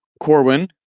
corwin